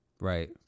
Right